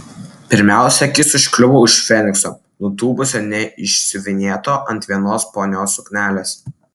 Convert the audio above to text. pirmiausia akis užkliuvo už fenikso nutūpusio ne išsiuvinėto ant vienos ponios suknelės